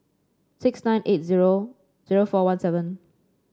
six nine eight zero zero four one seven